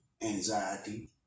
anxiety